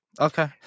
Okay